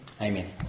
Amen